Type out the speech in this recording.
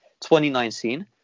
2019